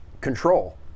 control